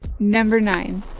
number nine.